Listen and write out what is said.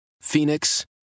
Phoenix